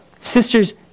Sisters